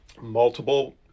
multiple